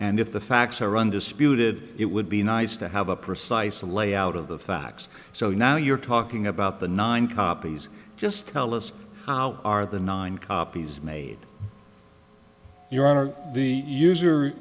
and if the facts are undisputed it would be nice to have a precise layout of the facts so now you're talking about the nine copies just tell us how are the nine copies made you are the user